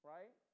Right